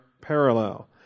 parallel